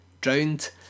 drowned